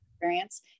experience